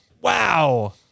Wow